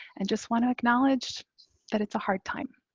and just wanna acknowledge that it's a hard time,